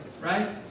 right